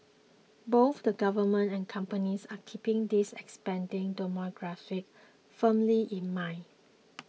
both the government and companies are keeping this expanding demographic firmly in mind